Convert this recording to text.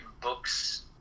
books